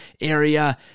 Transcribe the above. area